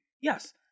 yes